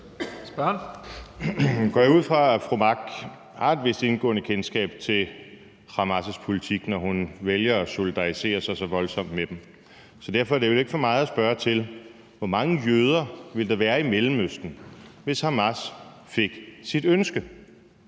at fru Trine Pertou Mach har et indgående kendskab til Hamas' politik, når hun vælger at solidarisere sig så voldsomt med dem. Så derfor er det vel heller ikke for meget at spørge til, hvor mange jøder der ville være tilbage i Mellemøsten, hvis Hamas fik sit ønske